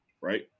right